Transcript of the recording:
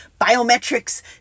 biometrics